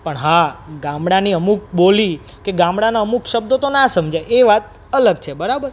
પણ હા ગામડાની અમુક બોલી કે ગામડાના અમુક શબ્દો તો ના સમજાય એ વાત અલગ છે બરાબર